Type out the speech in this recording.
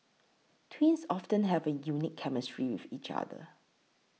twins often have a unique chemistry with each other